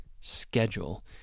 schedule